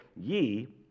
Ye